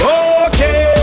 okay